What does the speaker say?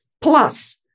Plus